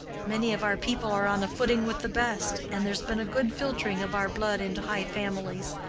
many of our people are on a footing with the best, and there's been a good filtering of our blood into high families.